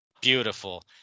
Beautiful